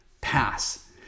pass